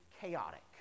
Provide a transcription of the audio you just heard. chaotic